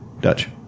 Dutch